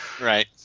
Right